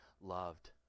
loved